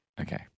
Okay